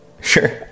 Sure